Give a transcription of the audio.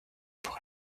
pour